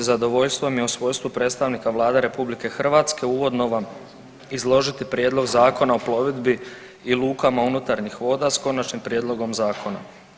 Zadovoljstvo mi je u svojstvu predstavnika Vlade RH uvodno vam izložiti prijedlog Zakona o plovidbi i lukama unutarnjih voda s konačnim prijedlogom zakona.